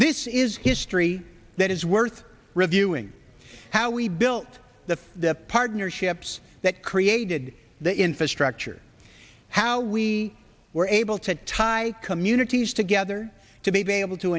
this is history that is worth reviewing how we built the the partnerships that created the infrastructure how we were able to tie communities together to be able to